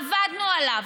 עבדנו עליו,